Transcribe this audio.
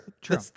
True